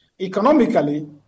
Economically